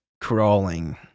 crawling